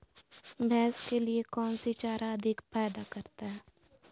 भैंस के लिए कौन सी चारा अधिक फायदा करता है?